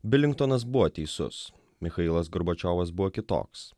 bilingtonas buvo teisus michailas gorbačiovas buvo kitoks